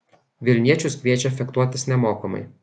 vilniečius kviečia fechtuotis nemokamai